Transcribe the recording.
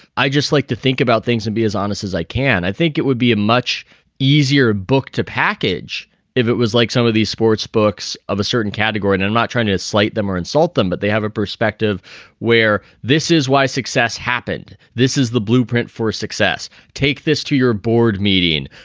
i just like to think about things and be as honest as i can. i think it would be a much easier book to package if it was like some of these sports books of a certain category and not trying to slight them or insult them. but they have a perspective where this is why success happened. this is the blueprint for success. take this to your board meeting.